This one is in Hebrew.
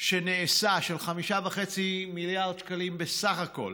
שנעשה, של 5.5 מיליארד שקלים בסך הכול,